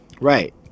Right